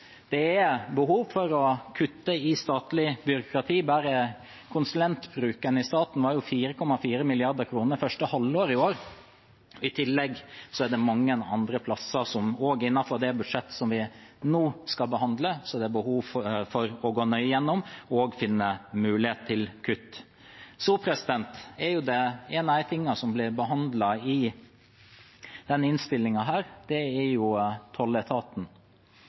Det er behov for å kutte i statlig byråkrati. Bare konsulentbruken i staten var på 4,4 mrd. kr første halvår i år. I tillegg er det mange andre plasser i det budsjettet vi nå skal behandle, det er behov for å gå nøye gjennom og finne mulighet til kutt. Et av områdene som blir behandlet i denne innstillingen, er tolletaten. Det er viktig å bidra til er styrking av tolletaten